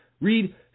Read